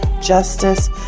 justice